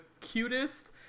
cutest